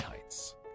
Heights